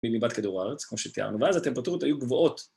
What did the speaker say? ‫מליבת כדור הארץ, כמו שתיארנו, ‫ואז הטמפרטורות היו גבוהות.